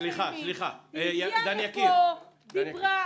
היא הגיעה לפה, דיברה.